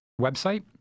website